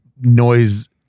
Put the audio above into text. noise